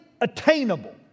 attainable